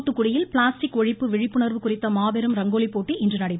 தூத்துக்குடியில் பிளாஸ்டிக் ஒழிப்பு விழிப்புணர்வு குறித்த மாபெரும் ரங்கோலி போட்டி இன்று நடைபெற்றது